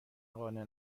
قانع